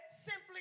simply